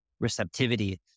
receptivity